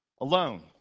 alone